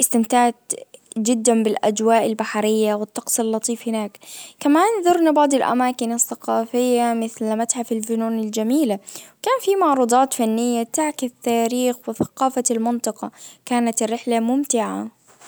استمتعت جدا بالاجواء البحرية والطقس اللطيف هناك. كمان زرنا بعض الاماكن الثقافية مثل متحف الفنون الجميلة. كان في معروضات فنية تعكس تاريخ وثقافة المنطقة. كانت الرحلة ممتعة.